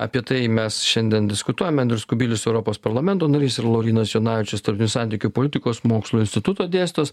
apie tai mes šiandien diskutuojame andrius kubilius europos parlamento narys ir laurynas jonavičius tarptautinių santykių politikos mokslų instituto dėstytojas